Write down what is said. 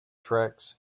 tracts